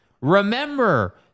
Remember